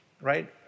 right